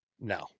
No